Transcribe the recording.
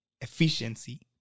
efficiency